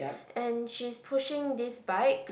and she's pushing this bike